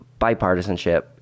bipartisanship